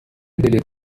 دلت